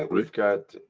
and we've got.